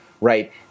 right